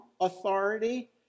authority